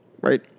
right